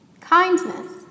Kindness